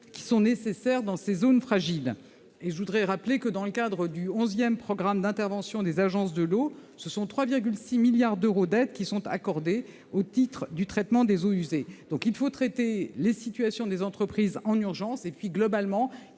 qui sont nécessaires dans ces zones fragiles. Je le rappelle, dans le cadre du onzième programme d'intervention des agences de l'eau, 3,6 milliards d'euros d'aides sont accordés au titre du traitement des eaux usées. Il faut traiter les situations des entreprises en urgence et, globalement,